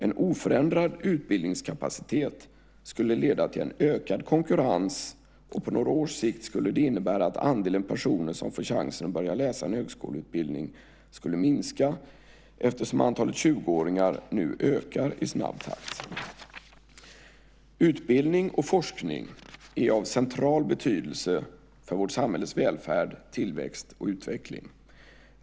En oförändrad utbildningskapacitet skulle leda till en ökad konkurrens, och på några års sikt skulle det innebära att andelen personer som får chansen att börja läsa en högskoleutbildning skulle minska eftersom antalet 20-åringar nu ökar i snabb takt. Utbildning och forskning är av central betydelse för vårt samhälles välfärd, tillväxt och utveckling.